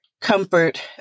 comfort